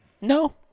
No